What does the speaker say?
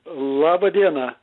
laba diena